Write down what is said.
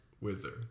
Wizard